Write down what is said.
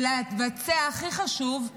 והכי חשוב,